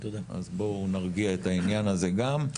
אז בואו נרגיע את העניין הזה גם.